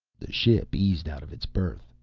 ship eased out of its berth.